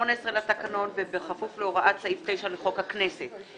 18 לתקנון ובכפוף להוראות סעיף 9 לחוק הכנסת.